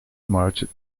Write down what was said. marched